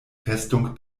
festung